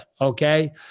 Okay